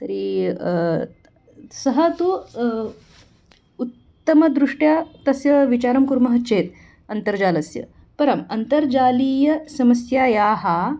तर्हि सः तु उत्तमदृष्ट्या तस्य विचारं कुर्मः चेत् अन्तर्जालस्य परम् अन्तर्जालीयसमस्यायाः